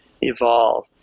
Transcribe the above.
evolve